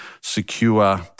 secure